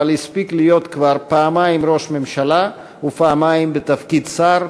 אבל הספיק להיות כבר פעמיים ראש ממשלה ופעמיים בתפקיד שר.